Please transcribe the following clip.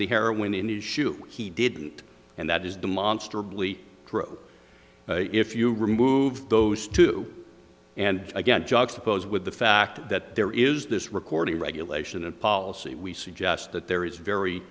the heroin in his shoe he didn't and that is demonstrably true if you remove those two and again juxtapose with the fact that there is this recording regulation and policy we suggest that there is very